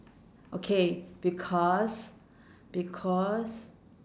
okay because because